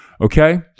Okay